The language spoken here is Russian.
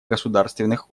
государственных